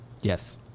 Yes